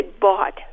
bought